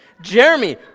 Jeremy